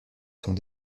sont